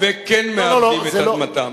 וכן מעבדים את אדמתם.